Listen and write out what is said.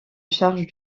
charge